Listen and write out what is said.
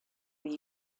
were